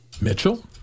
Mitchell